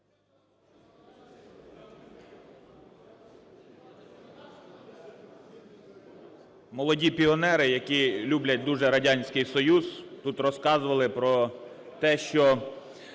Молоді піонери, які люблять дуже Радянський Союз, тут розказували про те, що